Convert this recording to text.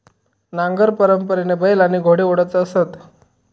नांगर परंपरेने बैल आणि घोडे ओढत असत